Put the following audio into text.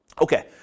Okay